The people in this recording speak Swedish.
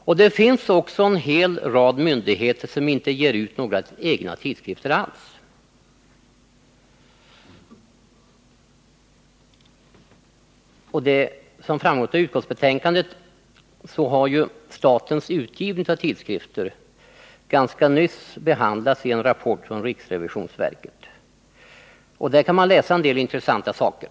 Det finns också en hel rad myndigheter som inte ger ut några egna tidskrifter alls. Som framgår av utskottsbetänkandet har statens utgivning av tidskrifter ganska nyligen granskats i en rapport från riksrevisionsverket. Där kan man läsa en del intressanta saker.